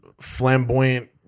flamboyant